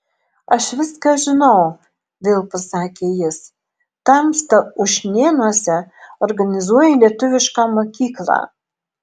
aš viską žinau vėl pasakė jis tamsta ušnėnuose organizuoji lietuvišką mokyklą